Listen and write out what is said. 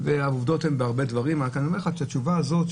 התשובה הזאת,